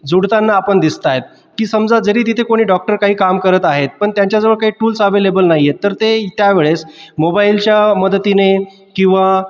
जोडताना पण दिसत आहेत की समजा जरी तिथे कोणी डॉक्टर काही काम करत आहेत पण त्यांच्याजवळ काही टूल्स अव्हेलेबल नाही आहेत तर ते त्या वेळेस मोबाईलच्या मदतीने किंवा